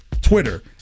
Twitter